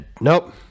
Nope